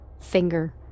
finger